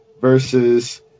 versus